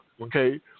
okay